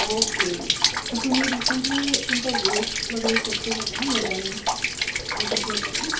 okay मग तुम्ही recently तुमचं वेट वगैरे चेक केलं होता का वजन बघितलं होतं का